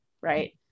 right